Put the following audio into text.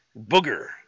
Booger